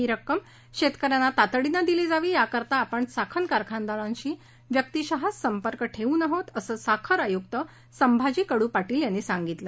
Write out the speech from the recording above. ही रक्कम शेतक यांना तातडीनं दिली जावी याकरता आपण साखर कारखानदारांशी व्यक्तिशः संपर्क ठेऊन आहोत असं साखर आयुक्त संभाजी कडू पाटील यांनी यासंदर्भात सांगितलं